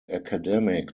academic